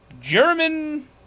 German